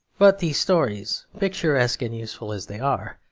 but these stories, picturesque and useful as they are,